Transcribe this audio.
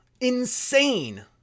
Insane